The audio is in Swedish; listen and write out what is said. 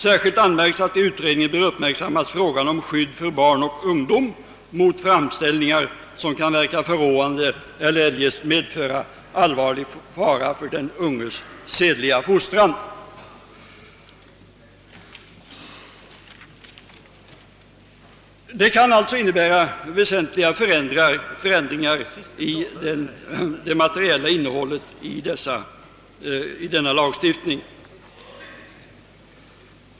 Särskilt anmärks, att vid utredningen bör uppmärksammas frågan om skydd för barn och ungdom mot framställningar som kan verka förråande eller eljest medföra allvarlig fara för ungas sedliga fostran. — Utredningens förslag kan alltså komma att innebära väsentliga förändringar i det materiella innehållet i lagstiftningen på detta område.